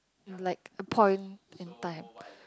like a point in time